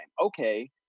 Okay